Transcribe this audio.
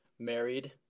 married